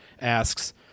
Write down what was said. asks